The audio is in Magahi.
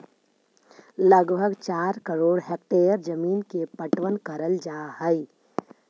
लगभग चार करोड़ हेक्टेयर जमींन के पटवन करल जा हई